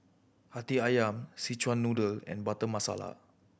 Hati Ayam Szechuan Noodle and Butter Masala